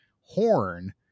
Horn